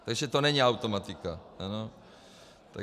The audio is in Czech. Takže to není automatika.